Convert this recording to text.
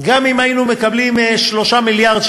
גם אם היינו מקבלים 3 מיליארד,